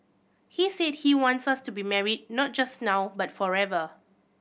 he said he wants us to be married not just now but forever